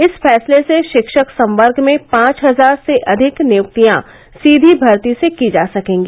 इस फैसले से रिक्षक संवर्ग में पांच हजार से अधिक नियुक्तियां सीधी भर्ती से की जा सकेंगी